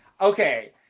Okay